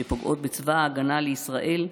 שפוגעות בצבא ההגנה לישראל,